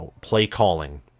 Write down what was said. play-calling